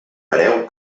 hereu